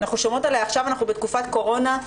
אנחנו שומעות עליה עכשיו, בתקופת הקורונה.